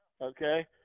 Okay